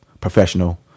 professional